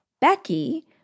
Becky